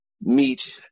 Meet